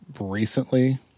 recently